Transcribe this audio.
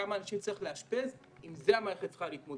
כמה אנשים צריכים לאשפז עם זה המערכת צריכה להתמודד.